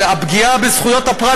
שהפגיעה בזכויות הפרט,